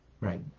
Right